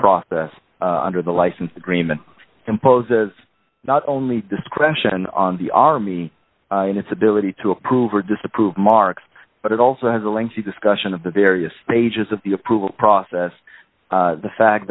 process under the license agreement imposes not only discretion on the army and its ability to approve or disapprove marks but it also has a lengthy discussion of the various stages of the approval process the fact